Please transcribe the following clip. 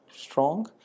strong